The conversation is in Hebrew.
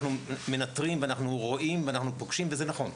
אנחנו מנטרים ואנחנו רואים ואנחנו פוגשים וזה נכון,